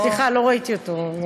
סליחה, לא ראיתי אותו.